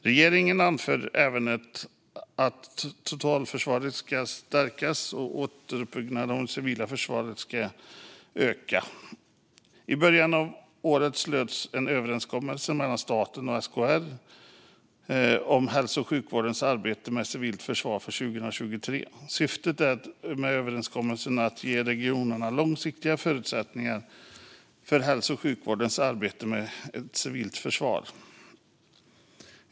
Regeringen anför även att totalförsvaret ska stärkas och att återuppbyggnaden av det civila försvaret ska öka. I början av året slöts en överenskommelse mellan staten och SKR om hälso och sjukvårdens arbete med civilt försvar 2023. Syftet med överenskommelsen är att ge regionerna långsiktiga förutsättningar för hälso och sjukvårdens arbete med civilt försvar.